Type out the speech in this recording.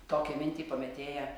tokią mintį pamėtėja